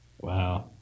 wow